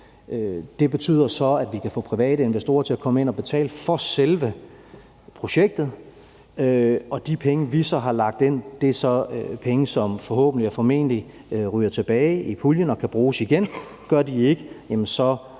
Det betyder så, at vi kan få private investorer til at komme ind og betale for selve projektet, og de penge, vi så har lagt ind, er så penge, som forhåbentlig og formentlig ryger tilbage i puljen og kan bruges igen. Gør de ikke